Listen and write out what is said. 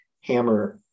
hammer